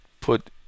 put